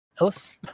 Ellis